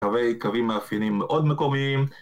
קווי, קווים מאפיינים מאוד מקוריים